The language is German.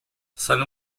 seine